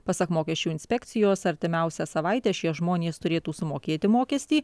pasak mokesčių inspekcijos artimiausią savaitę šie žmonės turėtų sumokėti mokestį